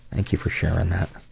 thank you for sharing that.